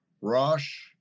Rosh